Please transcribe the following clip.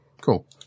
Cool